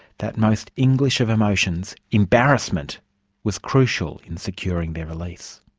that most english of emotions embarrassment was crucial in securing their release.